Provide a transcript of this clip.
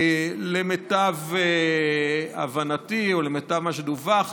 למיטב הבנתי, או למיטב מה שדֻווח,